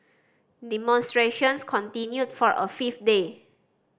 demonstrations continued for a fifth day